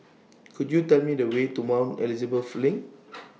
Could YOU Tell Me The Way to Mount Elizabeth LINK